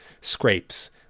scrapes